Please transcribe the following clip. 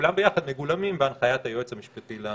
שכולם ביחד מגולמים בהנחיית היועץ המשפטי לממשלה.